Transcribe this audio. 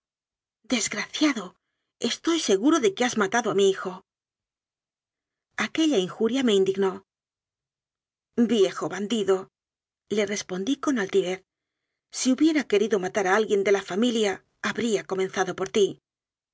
desgraciado estoy seguro de que has matado a mi hijo aquella injuria me indignó viejo bandidole respondí con altivez si hubiera querido matar a alguien de la familia habría comenzado por ti